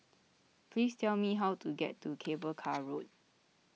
please tell me how to get to Cable Car Road